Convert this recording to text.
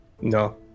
No